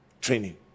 Training